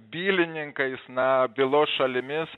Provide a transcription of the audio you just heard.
bylininkais na bylos šalimis